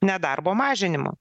nedarbo mažinimo